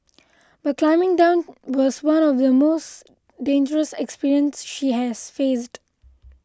but climbing down was one of the most dangerous experience she has faced